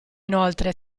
inoltre